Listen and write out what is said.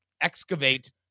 excavate